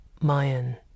Mayan